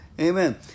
Amen